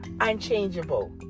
unchangeable